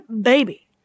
baby